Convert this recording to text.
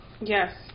Yes